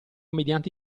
mediante